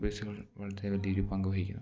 ബസ്സുകൾ വളരെ വലിയ ഒരു പങ്കു വഹിക്കണം